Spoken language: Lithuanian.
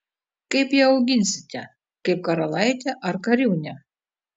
kaip ją auginsite kaip karalaitę ar kariūnę